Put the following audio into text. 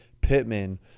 Pittman